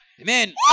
Amen